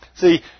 See